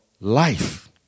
life